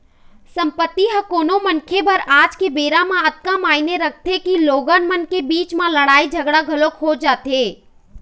संपत्ति ह कोनो मनखे बर आज के बेरा म अतका मायने रखथे के लोगन मन के बीच म लड़ाई झगड़ा घलोक हो जाथे